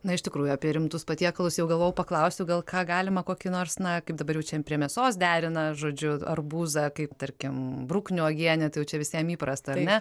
na iš tikrųjų apie rimtus patiekalus jau galvojau paklausiu gal ką galima kokį nors na kaip dabar čia prie mėsos derina žodžiu arbūzą kaip tarkim bruknių uogienę tai jau čia visiem įprasta ar ne